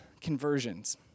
conversions